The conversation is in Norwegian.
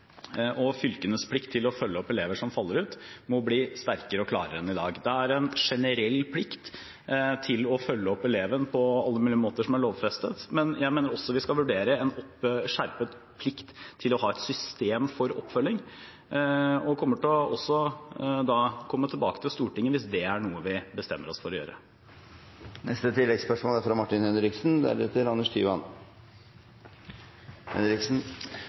elever som faller ut, må bli sterkere og klarere enn i dag. Det er en generell plikt til å følge opp eleven på alle mulige måter som er lovfestet, men jeg mener vi også skal vurdere en skjerpet plikt til å ha et system for oppfølging, og kommer til å komme tilbake til Stortinget hvis det er noe vi bestemmer oss for å gjøre. Martin Henriksen – til oppfølgingsspørsmål. Arbeiderpartiet ønsker fraværsregler som er